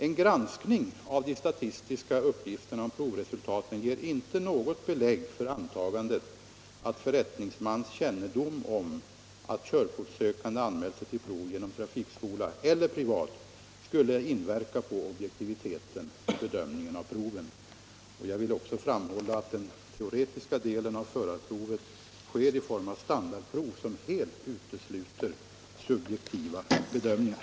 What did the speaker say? En granskning av de statistiska uppgifterna och provresuftaten ger inte något belägg för antagandet att förrättningsmans kännedom om huruvida körkortssökande anmält sig till prov genom trafikskola eller privat skulle inverka på objektiviteten vid bedömningen av provet. Jag vill också framhålla att den teoretiska delen av förarprovet sker i form av standardprov, som helt utesluter subjektiva bedömningar.